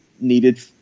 needed